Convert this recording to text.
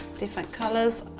different colors